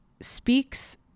speaks